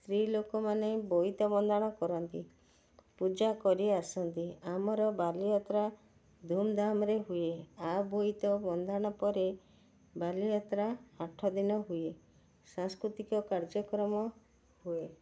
ସ୍ତ୍ରୀଲୋକମାନେ ବୋଇତ କରନ୍ତି ପୂଜା କରିଆସନ୍ତି ଆମର ବାଲିଯାତ୍ରା ଧୁମ୍ଧାମ୍ରେ ହୁଏ ବୋଇତ ବନ୍ଦାଣ ପରେ ବାଲିଯାତ୍ରା ଆଠ ଦିନ ହୁଏ ସାଂସ୍କୃତିକ କାର୍ଯ୍ୟକ୍ରମ ହୁଏ